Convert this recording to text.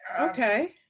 Okay